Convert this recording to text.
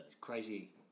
Crazy